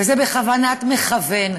וזה בכוונת מכוון,